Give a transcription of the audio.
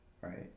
right